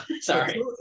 Sorry